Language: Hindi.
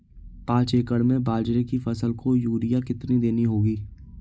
पांच एकड़ में बाजरे की फसल को यूरिया कितनी देनी होगी?